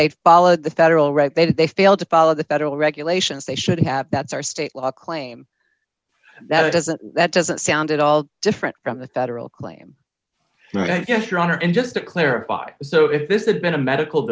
they followed the federal right then they failed to follow the federal regulations they should have that's our state law claim that doesn't that doesn't sound at all different from the federal claim yes your honor and just to clarify so if this had been a medical